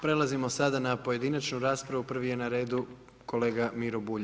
Prelazimo sada na pojedinačnu raspravu, prvi je na redu kolega Miro Bulj.